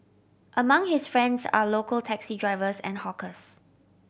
among his friends are local taxi drivers and hawkers